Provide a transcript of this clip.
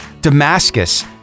Damascus